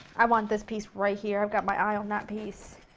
i want this piece right here. i've got my eye on that piece.